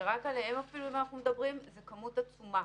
שרק עליהם אפילו אם אנחנו מדברים זו כמות עצומה,